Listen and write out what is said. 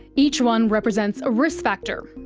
each one represents a risk factor.